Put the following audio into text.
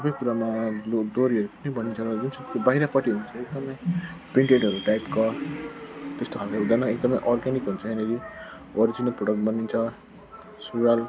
सबै कुरामा डोरीहरू पनि बनिन्छ जुन चाहिँ बाहिरपट्टि हुन्छ एकदमै प्रिन्टेडहरू टाइपको त्यस्तोखालको हुँदैन एकदमै अर्ग्यानिक हुन्छ यहाँनिर ओरिजिनल प्रोडक्ट बनिन्छ सुरुवाल